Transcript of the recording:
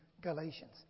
Galatians